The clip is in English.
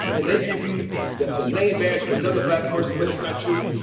and they give you the the name badge of another black person, but it's not you?